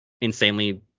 insanely